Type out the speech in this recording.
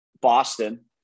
Boston